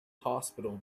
hospital